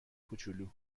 کوچولو